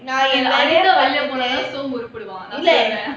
anitha வை வெளிய அனுப்பதான் முற்படுவான்:vai veliya anupa thaan murpaduvaan